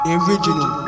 original